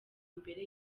mbere